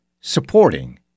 supporting